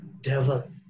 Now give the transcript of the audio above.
devil